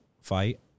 fight